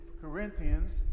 Corinthians